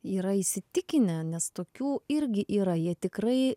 yra įsitikinę nes tokių irgi yra jie tikrai